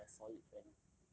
you want to be a solid friend